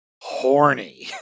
horny